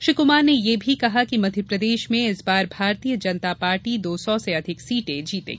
श्री कुमार ने ये भी कहा कि मध्यप्रदेश में इस बार भारतीय जनता पार्टी दो सौ से अधिक सीटे जीतेगी